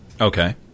Okay